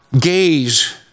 gaze